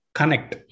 connect